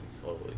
slowly